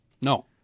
No